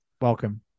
Welcome